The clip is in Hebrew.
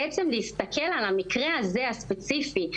להסתכל על המקרה הזה הספציפי,